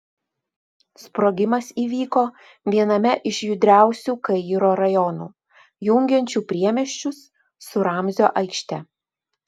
sprogimas įvyko viename iš judriausių kairo rajonų jungiančių priemiesčius su ramzio aikšte